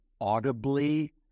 audibly